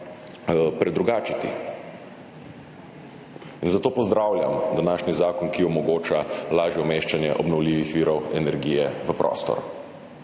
predrugačiti. Zato pozdravljam današnji zakon, ki omogoča lažje umeščanje obnovljivih virov energije v prostor.